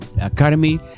academy